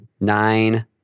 Nine